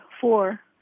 four